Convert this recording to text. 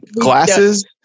glasses